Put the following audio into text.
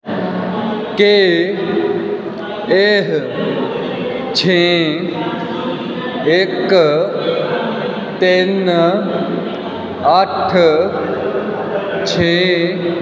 ਕਿ ਇਹ ਛੇ ਇੱਕ ਤਿੰਨ ਅੱਠ ਛੇ